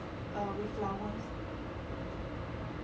err with flowers